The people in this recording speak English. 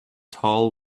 tall